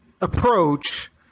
approach